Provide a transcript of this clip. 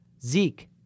Zeke